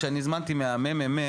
כשאני הזמנתי מהממ"מ,